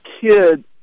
kid –